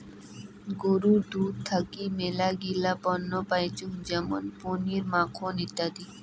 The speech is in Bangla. গরুর দুধ থাকি মেলাগিলা পণ্য পাইচুঙ যেমন পনির, মাখন ইত্যাদি